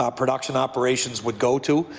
ah production operations would go to.